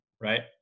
right